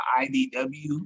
IDW